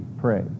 pray